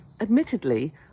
Admittedly